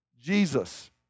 Jesus